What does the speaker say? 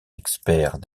experts